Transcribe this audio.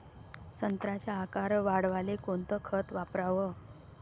संत्र्याचा आकार वाढवाले कोणतं खत वापराव?